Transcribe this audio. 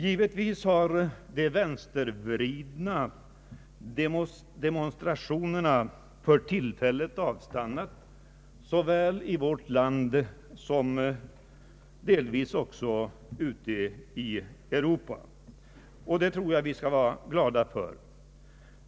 Visserligen har de vänstervridna demonstrationerna för tillfället avstannat såväl i vårt land som delvis också i Europa i övrigt, och det tror jag vi skall vara glada för.